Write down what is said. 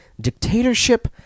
dictatorship